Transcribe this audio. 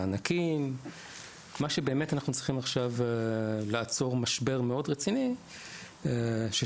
מענקים - מה שאנחנו באמת צריכים עכשיו כדי לעצור משבר מאוד רציני; ושוב,